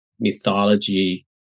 mythology